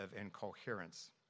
incoherence